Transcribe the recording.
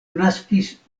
naskis